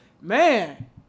Man